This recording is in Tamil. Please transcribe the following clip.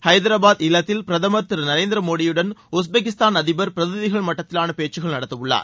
ஹைதராபாத் இல்லத்தில் பிரதமர் திரு நரேந்திர மோடியுடன் உஸ்பெகிஸ்தான் அதிபர் பிரதிநிதிகள் மட்டத்திலான பேச்சுக்கள் நடத்தவுள்ளார்